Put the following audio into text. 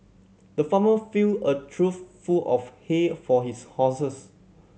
the farmer filled a trough full of hay for his horses